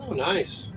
nice.